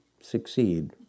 succeed